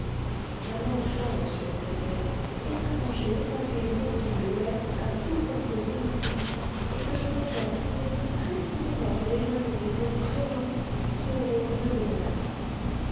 un enfant monsieur le préfet étranger autant qu'il est possible de l'être à tous complots politiques et que je retiens prisonnier précisément pour l'éloigner des scènes violentes qui auront lieu demain matin